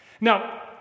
Now